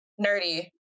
nerdy